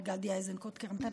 על גדי איזנקוט כרמטכ"ל,